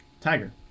Tiger